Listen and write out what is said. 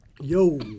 yo